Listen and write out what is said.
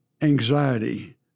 anxiety